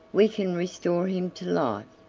we can restore him to life,